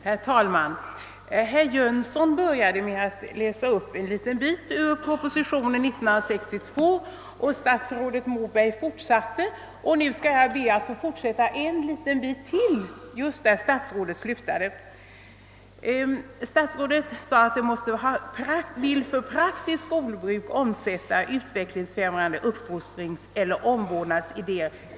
Herr talman! Herr Jönsson i Arlöv började sitt anförande med att läsa upp en liten bit ur propositionen år 1962. Statsrådet Moberg fortsatte, och nu skall jag be att få läsa ytterligare en liten bit just där statsrådet slutade. Statsrådet läste upp det avsnitt där det sägs, att man vill för praktiskt skolbruk omsätta utvecklingsfrämjande uppfostringseller omvårdnadsidéer.